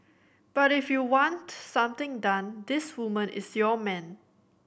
but if you want something done this woman is your man